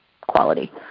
Quality